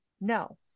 no